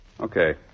Okay